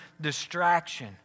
distraction